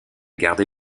garder